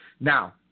Now